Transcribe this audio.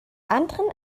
anderen